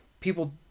people